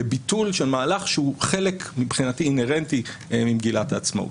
לביטול של מהלך שמבחינתי הוא חלק אינהרנטי ממגילת העצמאות.